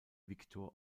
victor